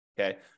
okay